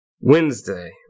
Wednesday